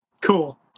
Cool